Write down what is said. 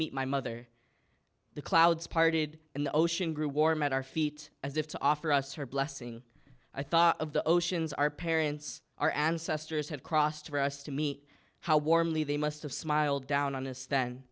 meet my mother the clouds parted and the ocean grew warm at our feet as if to offer us her blessing i thought of the oceans our parents our ancestors have crossed for us to meet how warmly they must have smiled down on this th